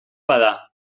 bada